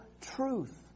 truth